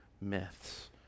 myths